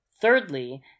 Thirdly